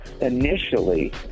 Initially